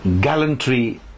gallantry